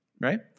right